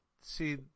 see